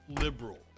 liberal